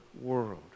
world